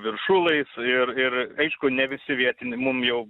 viršulais ir ir aišku ne visi vietiniai mum jau